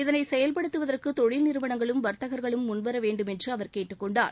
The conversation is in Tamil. இதனை செயல்படுத்துவதற்கு தொழில் நிறுவனங்களும் வர்த்கர்களும் முன்வர வேண்டுமென்று அவர் கேட்டுக் கொண்டார்